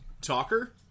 talker